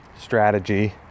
strategy